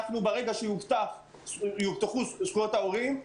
ברגע שיובטחו זכויות ההורים,